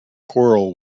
choral